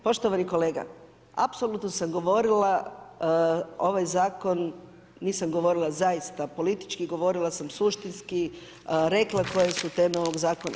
Poštovani kolega, apsolutno sam govorila ovaj zakon nisam govorila zaista politički, govorila sam suštinski, rekla koje su teme ovog zakona.